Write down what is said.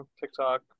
TikTok